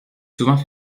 souvent